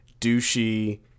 douchey